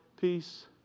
peace